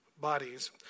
bodies